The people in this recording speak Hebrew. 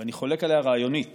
ואני חולק עליה רעיונית